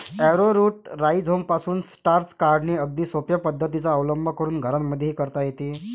arrowroot राईझोमपासून starch काढणे अगदी सोप्या पद्धतीचा अवलंब करून घरांमध्येही करता येते